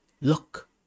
Look